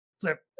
flip